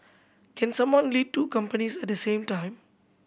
can someone lead two companies at the same time